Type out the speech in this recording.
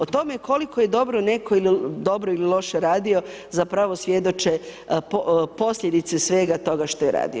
O tome koliko je dobro neko dobro ili loše radio zapravo svjedoče posljedice svega toga što je radio.